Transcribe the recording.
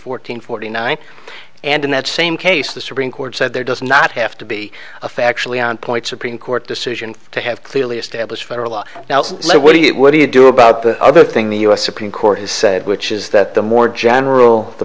fourteen forty nine and in that same case the supreme court said there does not have to be a factually on point supreme court decision to have clearly established federal law now what do you what do you do about the other thing the u s supreme court has said which is that the more general the